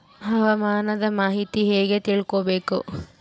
ಹವಾಮಾನದ ಮಾಹಿತಿ ಹೇಗೆ ತಿಳಕೊಬೇಕು?